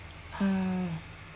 oh